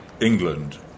England